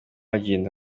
agenda